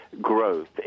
growth